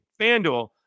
FanDuel